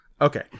Okay